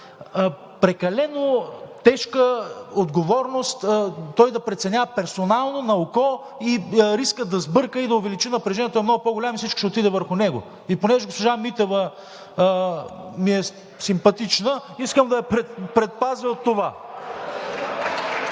прекалено тежка отговорност той да преценява персонално на око и рискът да сбърка и да увеличи напрежението е много по-голям и всичко ще отиде върху него. И понеже госпожа Митева ми е симпатична, искам да я предпазя от това. (Ръкопляскания